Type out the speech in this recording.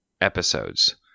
episodes